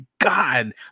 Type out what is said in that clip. god